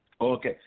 Okay